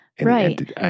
Right